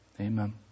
Amen